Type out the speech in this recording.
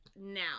now